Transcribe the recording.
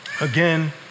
Again